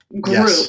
group